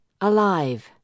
alive